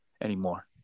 anymore